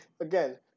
again